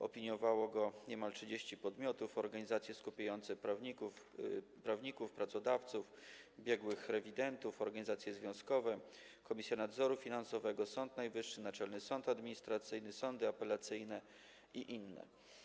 Opiniowało go niemal 30 podmiotów: organizacje skupiające prawników, pracodawców, biegłych rewidentów, organizacje związkowe, Komisja Nadzoru Finansowego, Sąd Najwyższy, Naczelny Sąd Administracyjny, sądy apelacyjne i inne.